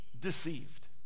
deceived